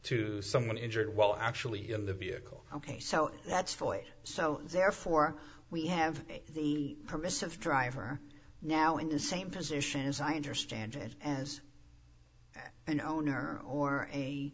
to someone injured while actually in the vehicle ok so that's fully so therefore we have the permissive driver now in the same position as i understand it as an owner or a